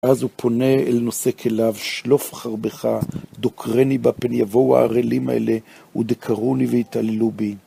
ואז הוא פונה אל נושא כליו, שלוף חרבך, דוקרני בה, פן יבואו הערלים האלה, ודקרוני ויתעללו בי.